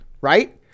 right